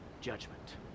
judgment